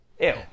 Ew